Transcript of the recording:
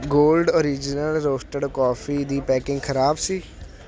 gold original roasted coffee ਦੀ packing ਖਰਾਬ ਸੀ